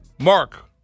Mark